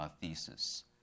thesis